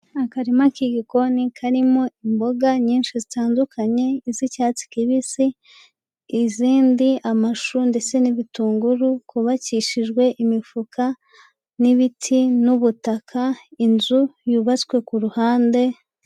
Akarima k'igikoni karimo imboga nyinshi zitandukanye, z'icyatsi kibisi, izindi amashu ndetse n'ibitunguru, kubakishijwe imifuka n'ibiti n'ubutaka. Inzu yubatswe ku ruhande.